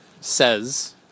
says